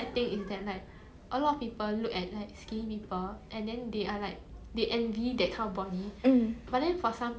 but then for some people some of the skinny people it's like quite sad for them in a sense that maybe it's like it becomes that their identity